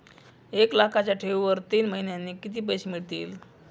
एक लाखाच्या ठेवीवर तीन महिन्यांनी किती पैसे मिळतील?